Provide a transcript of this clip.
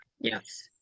Yes